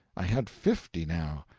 i had fifty now.